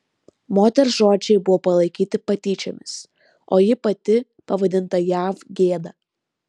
moters žodžiai buvo palaikyti patyčiomis o ji pati pavadinta jav gėda